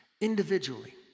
Individually